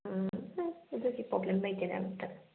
ꯎꯝ ꯍꯨꯝ ꯑꯗꯨꯒꯤ ꯄ꯭ꯔꯣꯕ꯭ꯂꯦꯝ ꯂꯩꯇꯦꯗ ꯑꯝꯇ